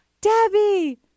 Debbie